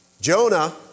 Jonah